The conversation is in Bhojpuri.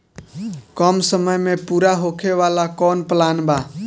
कम समय में पूरा होखे वाला कवन प्लान बा?